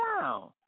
down